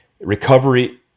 Recovery